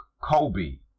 colby